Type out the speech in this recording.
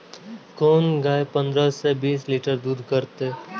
कोन गाय पंद्रह से बीस लीटर दूध करते?